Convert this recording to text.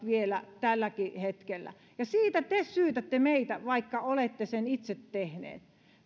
vielä tälläkin hetkellä ja siitä te syytätte meitä vaikka olette sen itse tehneet